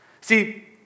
See